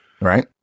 Right